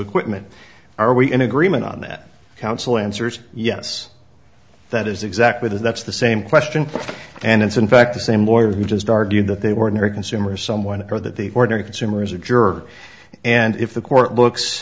equipment are we in agreement on that council answers yes that is exactly the that's the same question and it's in fact the same lawyers who just argued that they were never consumer someone or that the ordinary consumers are juror and if the court looks